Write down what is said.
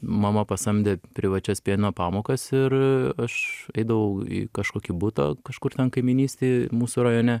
mama pasamdė privačias pianino pamokas ir aš eidavau į kažkokį butą kažkur ten kaimynystėj mūsų rajone